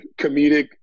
comedic